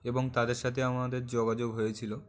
এবং তাদের সাথে আমাদের যোগাযোগ হয়েছিল